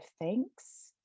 thanks